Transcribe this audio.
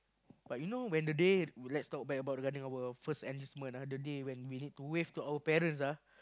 but you know when the day let's talk back about regarding our of first enlistment ah the day when we have to wave to our parents ah